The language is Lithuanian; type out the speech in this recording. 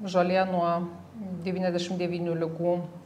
žolė nuo devyniasdešim devynių ligų